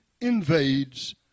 invades